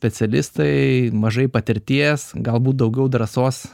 specialistai mažai patirties galbūt daugiau drąsos